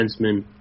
defenseman